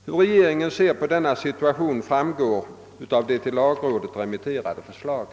Hur regeringen ser på denna nya situation framgår av det till lagrådet remitterade förslaget.